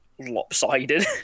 lopsided